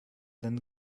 than